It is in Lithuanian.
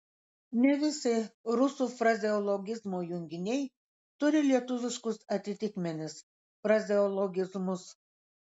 ne visi rusų frazeologizmo junginiai turi lietuviškus atitikmenis frazeologizmus